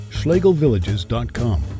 schlegelvillages.com